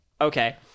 Okay